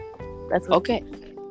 okay